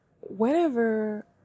whenever